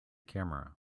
camera